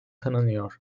tanınıyor